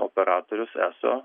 operatorius eso